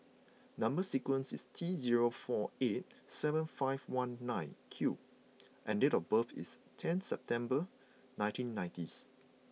number sequence is T zero four eight seven five one nine Q and date of birth is ten September nineteen ninety's